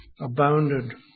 abounded